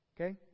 Okay